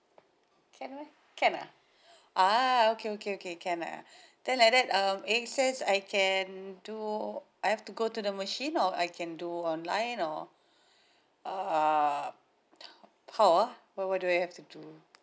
can I can ah ah okay okay okay can ah then like that um A X S I can do I have to go to the machine or I can do online or err how ah what what do I have to do